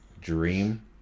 dream